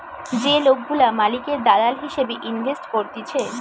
যে লোকগুলা মালিকের দালাল হিসেবে ইনভেস্ট করতিছে